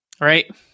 Right